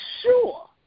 sure